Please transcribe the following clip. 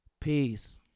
Peace